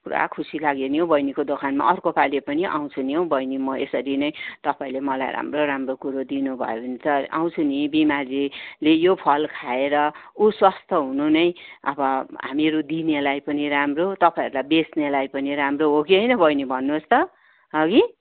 पुरा खुसी लाग्यो नि हौ बहिनीको दोकानमा अर्कोपालि पनि आउँछु नि बहिनी म यसरी नै तपाईँले मलाई राम्रो राम्रो कुरो दिनु भयो भने त आउँछु नि बिमारी ले यो फल खाएर ऊ स्वास्थ्य हुनु नै अब हामीहरू दिनेलाई पनि राम्रो तपाईँहरूलाई बेच्नेलाई पनि राम्रो हो कि होइन बहिनी भन्नु होस् त हगि